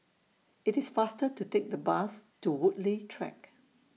IT IS faster to Take The Bus to Woodleigh Track